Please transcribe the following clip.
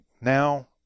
now